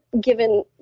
given